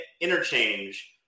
interchange